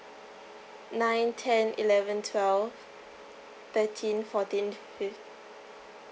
nine ten eleven twelve thirteen fourteen fifth